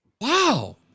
wow